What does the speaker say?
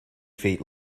feet